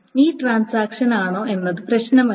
ഈ ട്രാൻസാക്ഷൻ ആണോ എന്നത് പ്രശ്നമല്ല